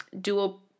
dual